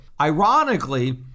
Ironically